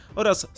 oraz